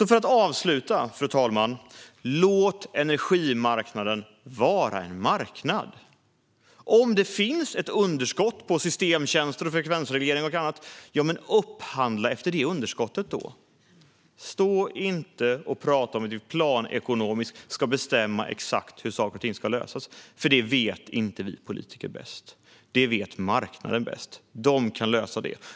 För att avsluta, fru talman - låt energimarknaden vara en marknad! Om det råder underskott när det gäller systemtjänster, frekvensreglering och annat - upphandla utifrån det underskottet! Stå inte och prata om hur vi planekonomiskt ska bestämma exakt hur saker och ting ska lösas, för det vet inte vi politiker bäst. Det vet marknaden bäst. Den kan lösa det.